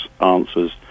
answers